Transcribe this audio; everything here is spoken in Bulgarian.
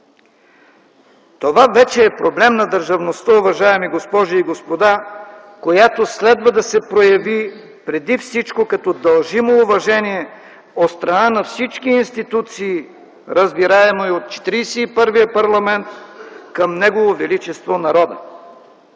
Това вече е проблем на държавността, уважаеми госпожи и господа, която следва да се прояви преди всичко като дължимо уважение от страна на всички институции, разбираемо и от Четиридесет и първия парламент, към Негово Величество Народа.